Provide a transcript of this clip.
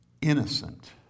innocent